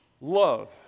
love